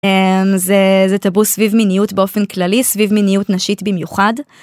זה טבו סביב מיניות באופן כללי סביב מיניות נשית במיוחד.